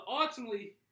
ultimately